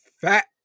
fat